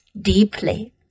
deeply